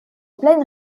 pleine